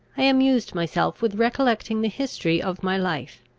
i amused myself with recollecting the history of my life.